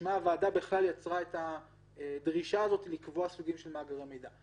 שלשמה הוועדה בכלל יצרה את הדרישה הזאת לקבוע סוגים של מאגרי מידע.